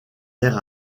air